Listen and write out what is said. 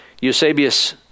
Eusebius